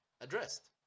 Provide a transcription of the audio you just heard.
addressed